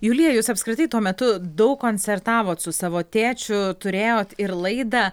julija jūs apskritai tuo metu daug koncertavot su savo tėčiu turėjot ir laidą